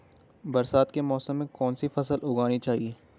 बरसात के मौसम में कौन सी फसल उगानी चाहिए?